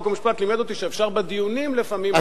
חוק ומשפט לימד אותי שאפשר בדיונים לפעמים,